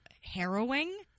harrowing